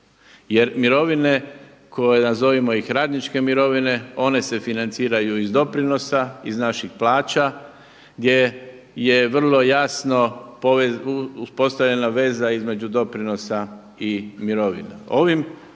Jer mirovine koje nazovimo ih radničke mirovine one se financiraju iz doprinosa, iz naših plaća gdje je vrlo jasno uspostavljena veza između doprinosa i mirovina. Ove